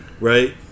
Right